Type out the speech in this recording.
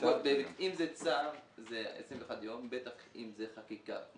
אם זה צו, זה 21 יום, ובטח אם זאת חקיקה.